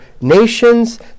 nations